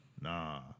nah